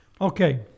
Okay